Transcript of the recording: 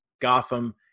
Gotham